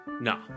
No